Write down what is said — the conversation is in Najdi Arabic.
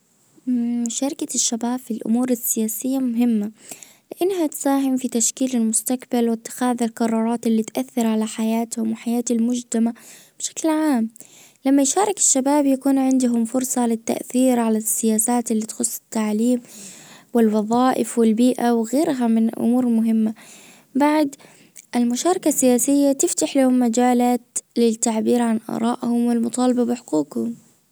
من شركة الشباب في الامور السياسية مهمة لانها تساهم في تشكيل المستقبل واتخاذ القرارات اللي تؤثر على حياتهم وحياة المجتمع بشكل عام. لما يشارك الشباب يكون عندهم فرصة للتأثير على السياسات اللي تخص التعليم والوظائف والبيئة وغيرها من أمور مهمة بعد المشاركة السياسية تفتح لهم مجالات للتعبير عن ارائهم والمطالبة بحقوقهم